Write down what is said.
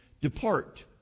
depart